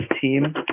team